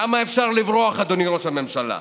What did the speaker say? כמה אפשר לברוח, אדוני ראש הממשלה?